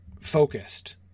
focused